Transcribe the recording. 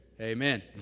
Amen